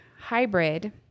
hybrid